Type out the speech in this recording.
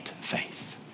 faith